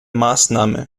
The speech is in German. maßnahme